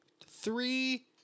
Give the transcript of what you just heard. three